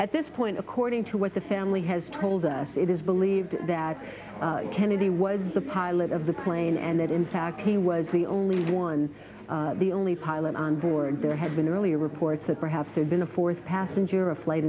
at this point according to what the family has told us it is believed that kennedy was the pilot of the plane and that in fact he was the only one the only pilot on board and there had been earlier reports that perhaps there's been a fourth passenger a flight